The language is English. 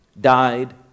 died